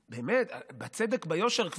באמת, בצדק, ביושר.